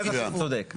בזה אתה צודק.